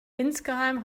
insgeheim